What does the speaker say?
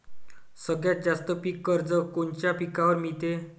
सगळ्यात जास्त पीक कर्ज कोनच्या पिकावर मिळते?